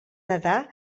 nadar